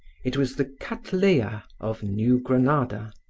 it was the cattleya of new granada.